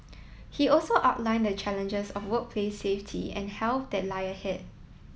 he also outlined the challenges of workplace safety and health that lie ahead